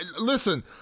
listen